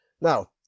Now